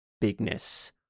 bigness